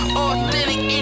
Authentic